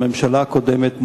בממשלה הקודמת,